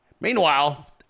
meanwhile